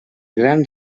grans